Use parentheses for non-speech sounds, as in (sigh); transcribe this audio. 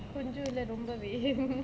கொஞ்ச இல்ல ரொம்பவே:konja illa rombavae (laughs)